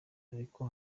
ariko